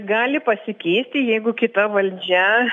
gali pasikeisti jeigu kita valdžia